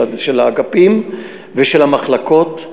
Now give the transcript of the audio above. של האגפים ושל המחלקות.